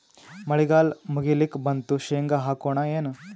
ಮಳಿಗಾಲ ಮುಗಿಲಿಕ್ ಬಂತು, ಶೇಂಗಾ ಹಾಕೋಣ ಏನು?